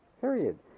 period